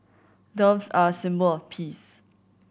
doves are a symbol of peace